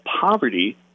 poverty